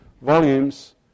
volumes